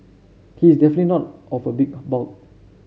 he is definite not of a big bulk